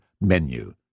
menu